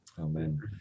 amen